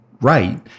Right